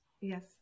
Yes